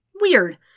Weird